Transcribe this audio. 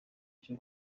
cyo